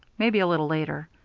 maybe a little later.